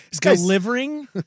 Delivering